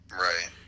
Right